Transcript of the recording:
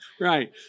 right